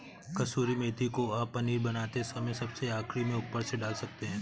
कसूरी मेथी को आप पनीर बनाते समय सबसे आखिरी में ऊपर से डाल सकते हैं